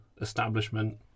establishment